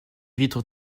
vitres